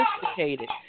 sophisticated